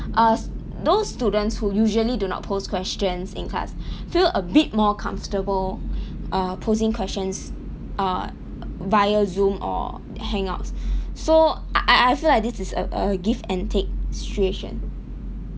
uh those students who usually do not post questions in class feel a bit more comfortable uh posing questions uh via zoom or hangouts so uh I feel like this is a a give and take situation